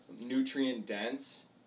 nutrient-dense